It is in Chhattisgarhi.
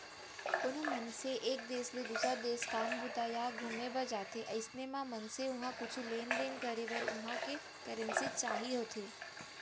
कोनो मनसे एक देस ले दुसर देस काम बूता या घुमे बर जाथे अइसन म मनसे उहाँ कुछु लेन देन करे बर उहां के करेंसी चाही होथे